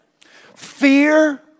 fear